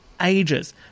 ages